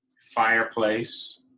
fireplace